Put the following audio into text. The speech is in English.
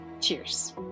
Cheers